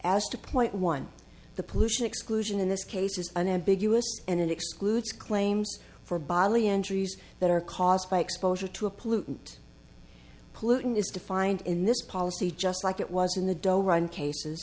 as to point one the pollution exclusion in this case is unambiguous and it excludes claims for bali entries that are caused by exposure to a pollutant pollutant is defined in this policy just like it was in the doe run cases